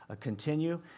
continue